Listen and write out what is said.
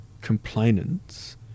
complainants